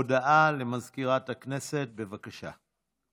הודעה למזכירת הכנסת, בבקשה.